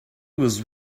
was